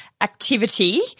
Activity